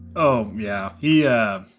oh yeah yeah